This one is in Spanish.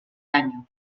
año